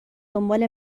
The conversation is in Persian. دنبال